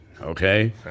okay